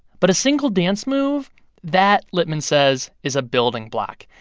but a single dance move that, litman says, is a building block.